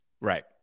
Right